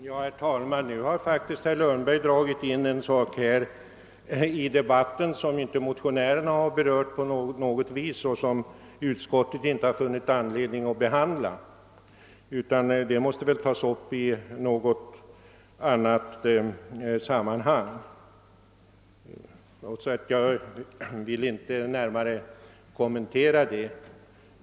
Herr talman! Nu har faktiskt herr Lundberg dragit in en sak i debatten som inte alls berörts av motionärerna och som inte utskottet funnit anledning att behandla. Jag anser att den frågan måste tas upp i något annat sammanhang.